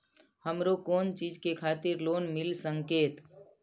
हमरो कोन चीज के खातिर लोन मिल संकेत?